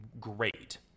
great